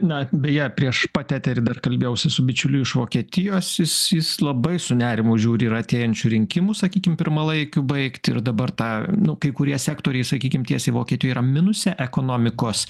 na beje prieš pat eterį dar kalbėjausi su bičiuliu iš vokietijos jis jis labai su nerimu žiūri ir artėjančių rinkimų sakykim pirmalaikių baigtį ir dabar tą nu kai kurie sektoriai sakykim tiesiai vokietijai minuse ekonomikos